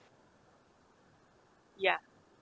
ya